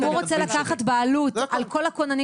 אם הוא רוצה לקחת בעלות על כל הכוננים